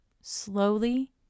slowly